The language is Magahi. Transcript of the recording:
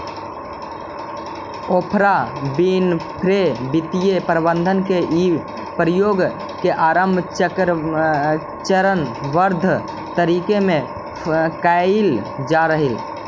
ओफ्रा विनफ्रे वित्तीय प्रबंधन के इ प्रयोग के आरंभ चरणबद्ध तरीका में कैइल जा हई